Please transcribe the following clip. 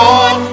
on